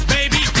Baby